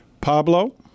Pablo